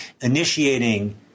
initiating